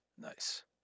Nice